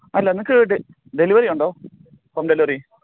അല്ല നിങ്ങൾക്ക് ഡെലിവറി ഉണ്ടോ ഹോം ഡെലിവറി